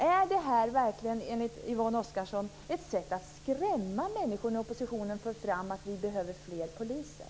Är det verkligen enligt Yvonne Oscarsson ett sätt att skrämma människor när oppositionen för fram att vi behöver fler poliser?